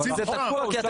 התקציב של המטרו אושר.